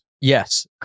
yes